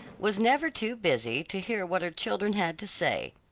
was never too busy to hear what her children had to say,